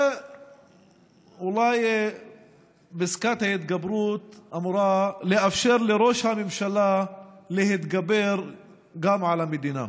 ואולי פסקת ההתגברות אמורה לאפשר לראש הממשלה להתגבר גם על המדינה,